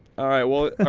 all right, well